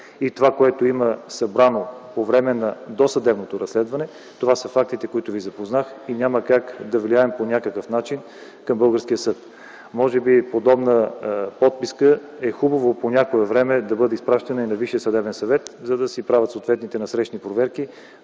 Това, което има събрано от досъдебното разследване, това са фактите, с които Ви запознах и няма как да влияя по някакъв начин на българския съд. Може би подобна подписка е хубаво по някое време да бъде изпращана и на Висшия съдебен съвет, за да си правят съответните насрещни проверки